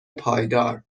پایدار